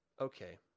okay